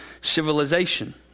civilization